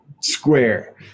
square